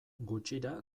gutxira